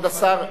כבוד השר,